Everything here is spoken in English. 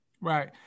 Right